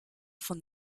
von